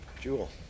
Jewel